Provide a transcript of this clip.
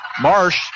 Marsh